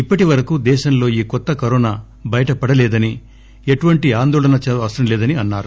ఇప్పటి వరకు దేశంలో ఈ కొత్త కరోనా బయటపడలేదని ఎటువంటి ఆందోళన అవసరం లేదని అన్నారు